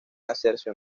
hacerse